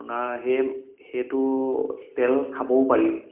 সেই সেইটো তেল খাবও পাৰি